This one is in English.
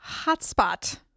hotspot